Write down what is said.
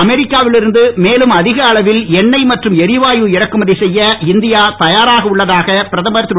அமெரிக்காவில் இருந்து மேலும் அதிக அளவில் எண்ணெய் மற்றும் எரிவாயு இறக்குமதி செய்ய இந்தியா தயாராக உள்ளதாக பிரதமர் திரு